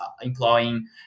employing